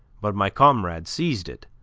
but my comrade seized it,